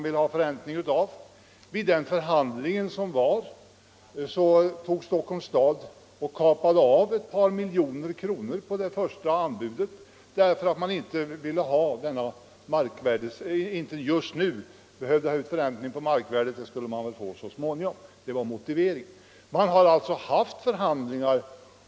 I den förhandling som vara kapade Stockholms kommun av ett par miljoner kronor på det första anbudet, eftersom man just nu inte behövde ha ut förräntningen på markvärdestegringen; det kunde man få så småningom. Det var motiveringen. Vi har alltså haft förhandlingar.